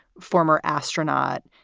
former astronaut.